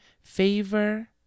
favor